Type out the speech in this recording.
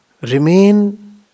remain